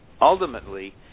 ultimately